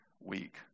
week